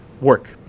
work